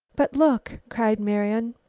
but look! cried marian.